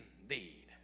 indeed